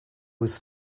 was